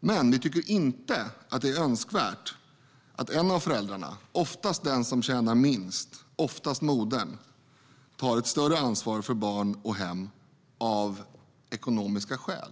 Däremot tycker vi inte att det är önskvärt att en av föräldrarna, oftast den som tjänar minst, oftast modern, tar ett större ansvar för barn och hem av ekonomiska skäl.